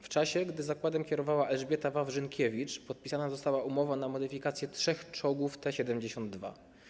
W czasie gdy zakładem kierowała Elżbieta Wawrzynkiewicz, podpisana została umowa na modyfikację trzech czołgów T-72.